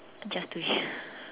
just to hear